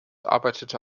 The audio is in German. arbeitete